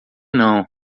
não